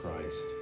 Christ